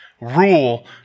rule